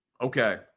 Okay